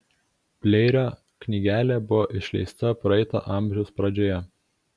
pleirio knygelė buvo išleista praeito amžiaus pradžioje